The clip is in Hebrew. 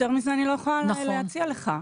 יותר מזה אני לא יכולה להציע לך.